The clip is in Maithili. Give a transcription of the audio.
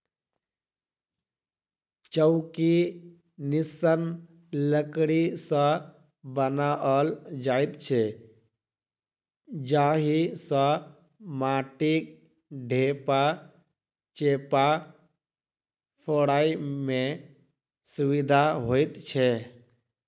चौकी निस्सन लकड़ी सॅ बनाओल जाइत छै जाहि सॅ माटिक ढेपा चेपा फोड़य मे सुविधा होइत छै